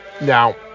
Now